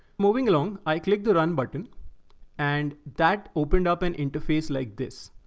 moving along, i click the run button and that opened up an interface like this.